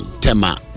Tema